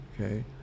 okay